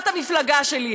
ולא את המפלגה שלי.